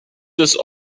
des